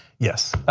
yes.